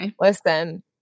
listen